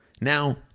Now